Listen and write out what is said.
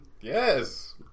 yes